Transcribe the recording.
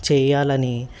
చేయాలని